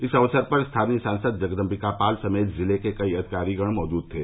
इस अवसर पर स्थानीय सांसद जगदम्बिकापाल समेत जिले के कई अधिकारीगण मौजूद थे